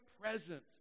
present